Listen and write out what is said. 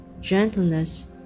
gentleness